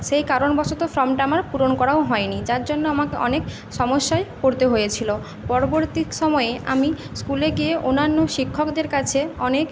সেই কারণ বশত ফর্মটা আমার পূরণ করাও হয় নি যার জন্য আমাকে অনেক সমস্যায় পরতে হয়েছিলো পরবর্তী সময়ে আমি স্কুলে গিয়ে অনান্য শিক্ষকদের কাছে অনেক